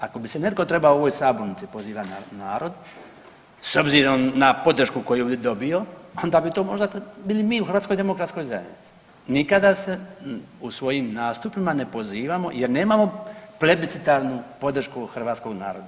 Ako bi se netko trebao u ovoj sabornici pozivat na narod s obzirom na podršku koju je ovdje dobio onda bi to možda bili mi u HDZ-u, nikada se u svojim nastupima ne pozivamo jer nemamo plebiscitarnu podršku hrvatskog naroda.